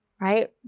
right